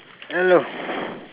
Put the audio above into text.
hello